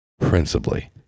Principally